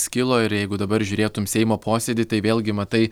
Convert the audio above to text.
skilo ir jeigu dabar žiūrėtum seimo posėdį tai vėlgi matai